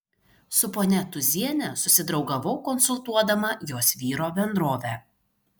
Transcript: su ponia tūziene susidraugavau konsultuodama jos vyro bendrovę